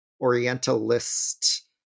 Orientalist